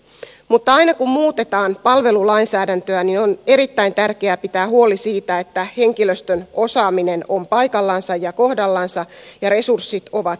mutta aina kun muutetaan palvelulainsäädäntöä on erittäin tärkeää pitää huoli siitä että henkilöstön osaaminen on paikallansa ja kohdallansa ja resurssit ovat riittävät